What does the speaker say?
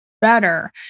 better